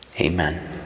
Amen